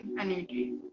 energy